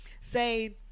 Say